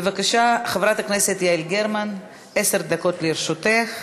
בבקשה, חברת הכנסת יעל גרמן, עשר דקות לרשותך.